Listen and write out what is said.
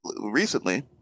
recently